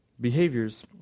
behaviors